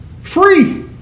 Free